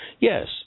Yes